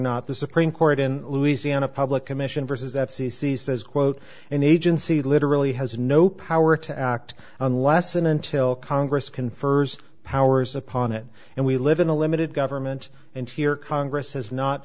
not the supreme court in louisiana public commission versus f c c says quote an agency literally has no power to act unless and until congress confers powers upon it and we live in a limited government and here congress has not